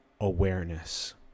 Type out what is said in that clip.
awareness